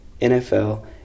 NFL